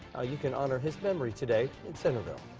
you can honor his memory today in centerville.